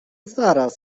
zaraz